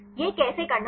यह कैसे करना है